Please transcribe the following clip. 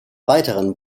weiteren